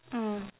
mm